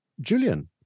Julian